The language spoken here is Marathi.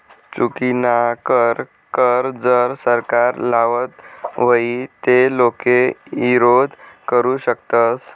चुकीनाकर कर जर सरकार लावत व्हई ते लोके ईरोध करु शकतस